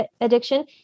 addiction